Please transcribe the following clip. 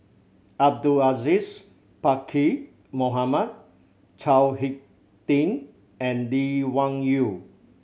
Abdul Aziz Pakkeer Mohamed Chao Hick Tin and Lee Wung Yew